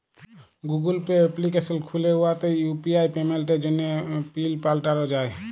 Google Pay application খ্যুলে উয়াতে UPI পেমেল্টের জ্যনহে পিল পাল্টাল যায়